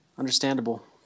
Understandable